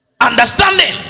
Understanding